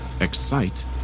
Excite